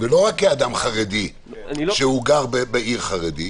לא רק כאדם חרדי שגר בעיר חרדית